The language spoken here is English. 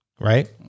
Right